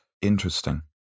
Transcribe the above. interesting